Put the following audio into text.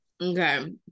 Okay